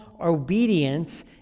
obedience